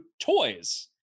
toys